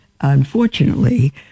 unfortunately